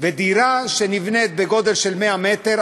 ודירה שנבנית בגודל 100 מ"ר,